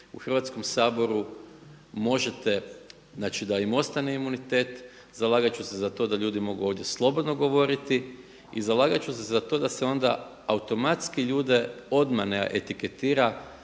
u Hrvatskom saboru možete, znači da im ostane imunitet, zalagat ću se za to da ljudi mogu ovdje slobodno govoriti i zalagat ću se za to da se onda automatski ljude odmah ne etiketira